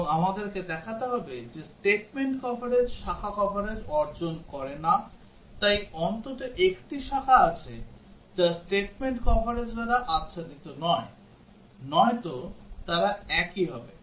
এবং আমাদেরকে দেখাতে হবে যে statement কভারেজ শাখা কভারেজ অর্জন করে না তাই অন্তত একটি শাখা আছে যা statement কভারেজ দ্বারা আচ্ছাদিত নয় নয়তো তারা একই হবে